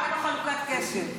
אין לו חלוקת קשב.